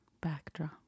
backdrop